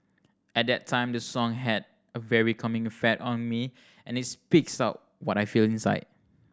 at that time the song had a very calming effect on me and it speaks out what I feel inside